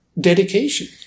dedication